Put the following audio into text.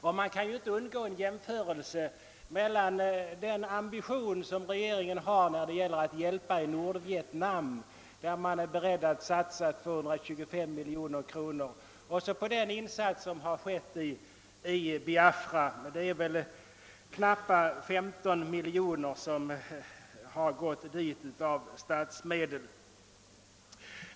Man kan inte underlåta att göra en jämförelse mellan ambitionen i det fallet och när det gällt att bistå Nordvietnam, där regeringen är beredd att satsa 225 miljoner kronor. Den insats som av statsmedel gjorts i Biafra uppgår till knappa 15 miljoner kronor.